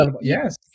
yes